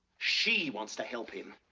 she wants to help him.